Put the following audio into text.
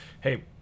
hey